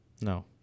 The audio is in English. No